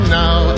now